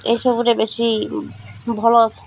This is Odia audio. ଏଇସବୁରେ ବେଶୀ ଭଲ